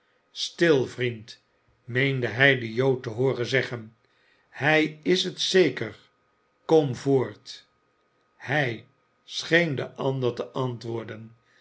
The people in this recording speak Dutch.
stil vriend meende hij den jood te hooren zeggen hij is het zeker kom voort hij scheen de ander te antwoorden